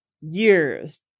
years